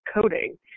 coding